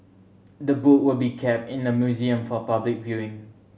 the book will be kept in the museum for public viewing